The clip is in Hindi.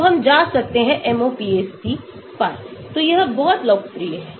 तो हम जा सकते हैं MOPAC पर तो यह बहुत लोकप्रिय है